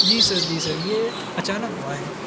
جی sir جی sir یہ اچانک ہوا ہے